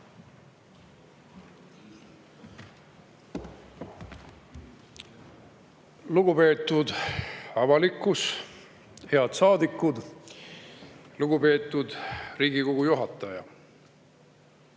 Lugupeetud avalikkus! Head saadikud! Lugupeetud Riigikogu juhataja!